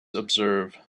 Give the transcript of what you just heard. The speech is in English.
observe